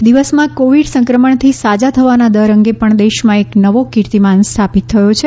એક દિવસમાં કોવિડ સંક્રમણથી સાજા થવાના દર અંગે પણ દેશમાં એક નવો કિર્તિમાન સ્થાપિત કર્યો છે